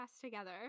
together